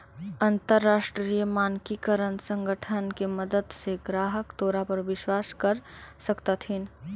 अंतरराष्ट्रीय मानकीकरण संगठन के मदद से ग्राहक तोरा पर विश्वास कर सकतथीन